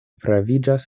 praviĝas